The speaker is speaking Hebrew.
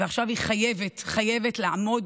ועכשיו היא חייבת, חייבת לעמוד